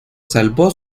salvó